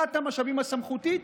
הקצאת המשאבים הסמכותית,